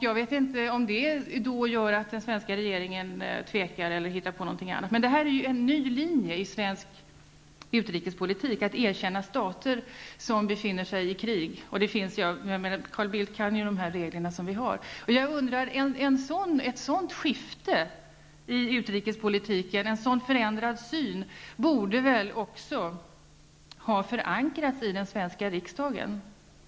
Jag vet inte om det gör att den svenska regeringen tvekar eller hittar på någonting annat. Det är en ny linje i svensk utrikespolitik att erkänna stater som befinner sig i krig. Carl Bildt kan de regler som vi har. Ett sådant skifte i utrikespolitiken och en sådan förändrad syn borde också ha förankrats i den svenska riksdagen.